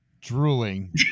drooling